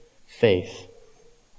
faith